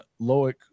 Loic